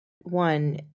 one